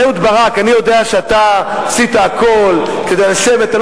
אהוד ברק, אני יודע שאתה עשית הכול כדי לשבת.